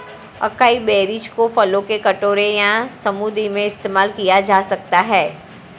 acai berries को फलों के कटोरे या स्मूदी में इस्तेमाल किया जा सकता है